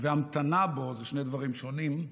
והמתנה בו, זה שני דברים שונים,